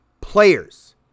players